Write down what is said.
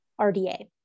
RDA